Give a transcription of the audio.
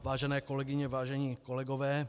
Vážené kolegyně, vážení kolegové.